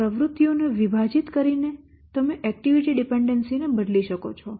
પ્રવૃત્તિઓને વિભાજીત કરીને તમે એક્ટીવીટી ડિપેન્ડેન્સી ને બદલી શકો છો